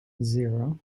zero